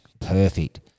perfect